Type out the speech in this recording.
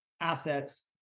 assets